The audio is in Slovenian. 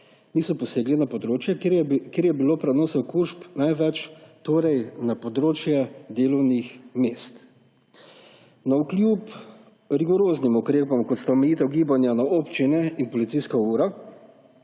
niso posegli na področje, kjer je bilo prenosa okužb največ, torej na področje delovnih mest. Navkljub rigoroznim ukrepom, kot sta omejitev gibanja na občine in policijska ura,